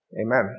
Amen